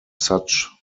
such